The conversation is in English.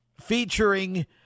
featuring